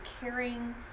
caring